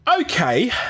Okay